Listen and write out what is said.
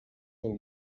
del